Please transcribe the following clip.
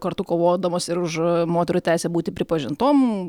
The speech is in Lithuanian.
kartu kovodamos ir už moterų teisę būti pripažintom